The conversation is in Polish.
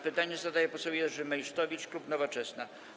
Pytanie zadaje poseł Jerzy Meysztowicz, klub Nowoczesna.